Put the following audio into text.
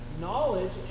knowledge